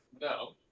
No